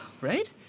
Right